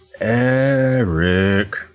Eric